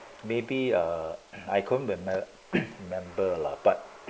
maybe uh I couldn't remem~ remember lah but